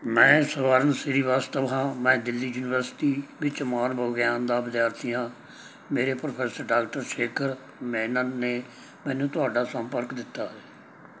ਮੈਂ ਸਵਰਨ ਸ੍ਰੀਵਾਸਤਵ ਹਾਂ ਮੈਂ ਦਿੱਲੀ ਯੂਨੀਵਰਸਿਟੀ ਵਿੱਚ ਮਨੋਵਿਗਿਆਨ ਦਾ ਵਿਦਿਆਰਥੀ ਹਾਂ ਮੇਰੇ ਪ੍ਰੋਫੈਸਰ ਡਾਕਟਰ ਸ਼ੇਖਰ ਮੈਨਮ ਨੇ ਮੈਨੂੰ ਤੁਹਾਡਾ ਸੰਪਰਕ ਦਿੱਤਾ ਹੈ